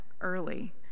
early